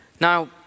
Now